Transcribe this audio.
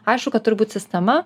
aišku kad turi būt sistema